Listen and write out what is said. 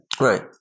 Right